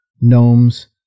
gnomes